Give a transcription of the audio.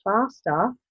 faster